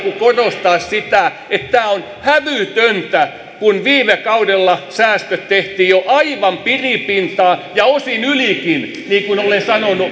korostaa sitä että tämä on hävytöntä kun viime kaudella säästöt tehtiin jo aivan piripintaan ja osin ylikin niin kuin olen sanonut